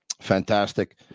Fantastic